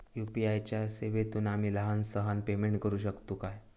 UPI च्या सेवेतून आम्ही लहान सहान पेमेंट करू शकतू काय?